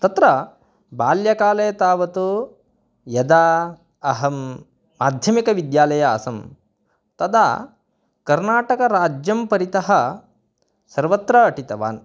तत्र बाल्यकाले तावत् यदा अहं माध्यमिकविद्यालये आसं तदा कर्नाटकराज्यं परितः सर्वत्र अटितवान्